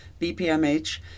BPMH